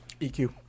EQ